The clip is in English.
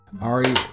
Ari